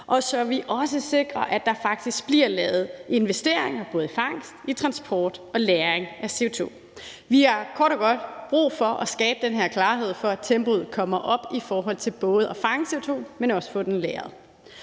og så vi også sikrer, at der faktisk bliver lavet investeringer i både fangst, transport og lagring af CO2. Vi har kort og godt brug for at skabe den her klarhed, for at tempoet kommer op i forhold til både at fange CO2, men også at få den lagret.